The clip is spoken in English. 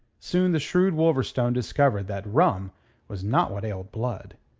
soon the shrewd wolverstone discovered that rum was not what ailed blood.